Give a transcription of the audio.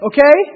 Okay